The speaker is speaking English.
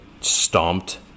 Stomped